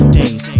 days